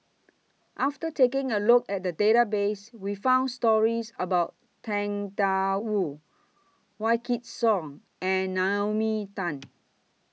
after taking A Look At The Database We found stories about Tang DA Wu Wykidd Song and Naomi Tan